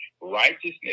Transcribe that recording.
Righteousness